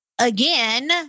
again